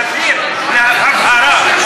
להבהיר, מלשון הבהרה.